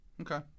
Okay